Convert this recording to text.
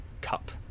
cup